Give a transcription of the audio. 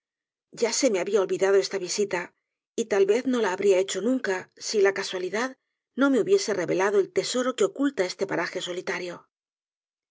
ya se me habia olvidado esta visita y tal vez no la habría hecho nunca si la casualidad no me hubiese revelado el tesoro que oculta este paraje solitario